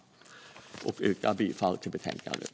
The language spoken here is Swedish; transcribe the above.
Jag yrkar bifall till förslaget.